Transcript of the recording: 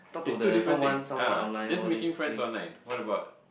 it's two different thing ah just making friends online what about